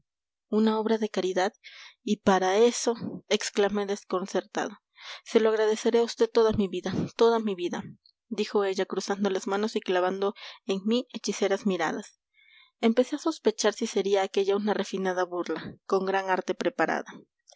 una obra de caridad y para eso exclamé desconcertado se lo agradeceré a vd toda mi vida toda mi vida dijo ella cruzando las manos y clavando en mí hechiceras miradas empecé a sospechar si sería aquella una refinada burla con gran arte preparada